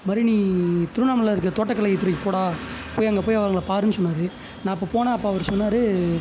இந்த மாதிரி நீ திருவண்ணாமலையில் இருக்கிற தோட்டக்கலை துறைக்கு போடா போய் அங்கே போய் அவங்கள பாருன்னு சொன்னார் நான் அப்போ போனேன் அப்போ அவர் சொன்னார்